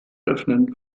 öffnen